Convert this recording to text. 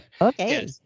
Okay